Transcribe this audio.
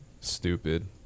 stupid